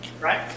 Right